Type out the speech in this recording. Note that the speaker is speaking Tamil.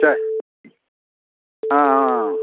சரி ஆ ஆ ஆ